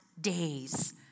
days